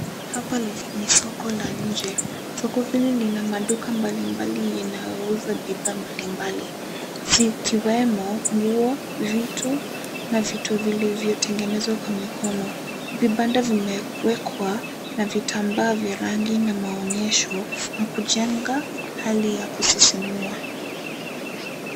Hapa ni soko la nje. Soko hili lina maduka mbalimbali yanayouza bidhaa mbalimbali, zikiwemo nguo, vitu na vitu vilivyotengenezwa kwa mikono. Vibanda vimewekwa na vitambaa vya rangi na maonyesho na kujenga hali ya kusisimua.